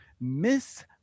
Miss